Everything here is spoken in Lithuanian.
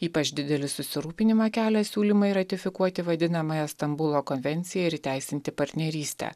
ypač didelį susirūpinimą kelia siūlymai ratifikuoti vadinamąją stambulo konvenciją ir įteisinti partnerystę